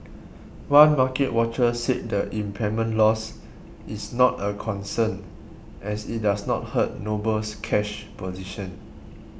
one market watcher said the impairment loss is not a concern as it does not hurt Noble's cash position